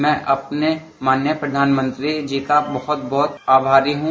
मैं अपने माननीय प्रधानमंत्री जी का बहुत बहुत आभारी हूँ